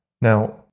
Now